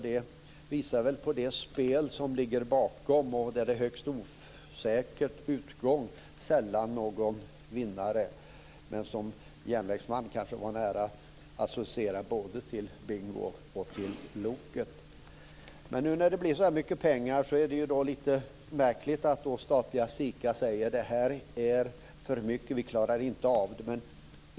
Det visar det spel som ligger bakom och där en högst osäker utgång sällan har någon vinnare, men som järnvägsman kanske man har nära att associera både till bingo och till Loket. När det nu blir så mycket pengar är det lite märkligt att det statliga SIKA säger att det här är för mycket, vi klarar inte av det.